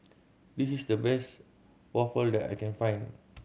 this is the best waffle that I can find